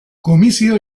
komisio